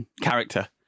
character